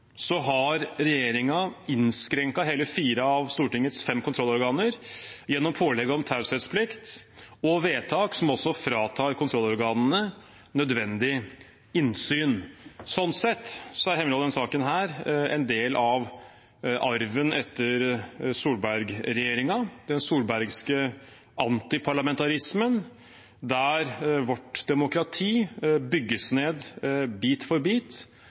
har regjeringen innskrenket hele fire av Stortingets fem kontrollorganer gjennom pålegg om taushetsplikt og vedtak som også fratar kontrollorganene nødvendig innsyn. Sånn sett er hemmelighold i denne saken en del av arven etter Solberg-regjeringen, den solbergske antiparlamentarismen, der vårt demokrati bygges ned bit for bit.